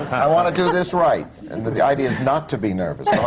i want to do this right! and the the idea is not to be nervous,